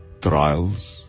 trials